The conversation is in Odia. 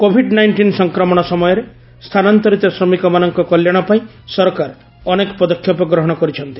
କୋଭିଡ ନାଇଷ୍ଟିନ୍ ସଂକ୍ରମଣ ସମୟରେ ସ୍ଥାନାନ୍ତରିତ ଶ୍ରମିକମାନଙ୍କ କଲ୍ୟାଣ ପାଇଁ ସରକାର ଅନେକ ପଦକ୍ଷେପ ଗ୍ରହଣ କରିଛନ୍ତି